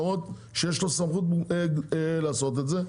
למרות שיש לו סמכות לעשות את זה,